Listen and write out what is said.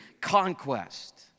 conquest